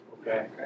Okay